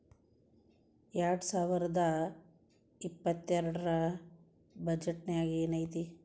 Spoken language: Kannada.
ಎರ್ಡ್ಸಾವರ್ದಾ ಇಪ್ಪತ್ತೆರ್ಡ್ ರ್ ಬಜೆಟ್ ನ್ಯಾಗ್ ಏನೈತಿ?